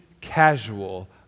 casual